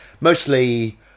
mostly